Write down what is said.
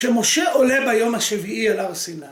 כשמשה עולה ביום השביעי אל הר סיני.